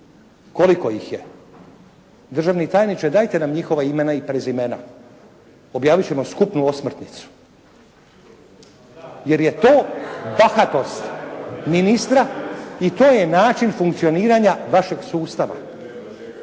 koliko ih je? Državni tajniče, dajte nam njihova imena i prezimena. Objavit ćemo skupnu osmrtnicu jer je to bahatost ministra i to je način funkcioniranja vašeg sustava.